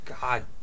God